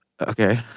okay